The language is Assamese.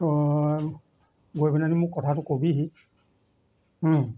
তই গৈ পিনে নি মোক কথাটো ক'বিহি